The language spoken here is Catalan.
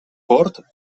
port